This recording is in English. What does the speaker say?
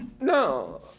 No